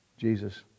Jesus